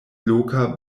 loka